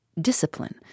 Discipline